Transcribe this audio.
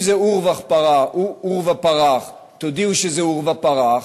אם זה עורבא פרח, תודיעו שזה עורבא פרח,